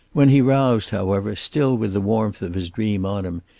when he roused, however, still with the warmth of his dream on him,